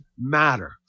matter